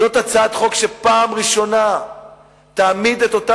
זאת הצעת חוק שפעם ראשונה תעמיד את אותם